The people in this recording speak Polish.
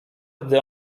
gdy